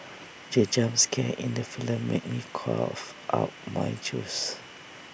the jump scare in the film made me cough out my juice